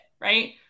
right